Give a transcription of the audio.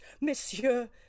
Monsieur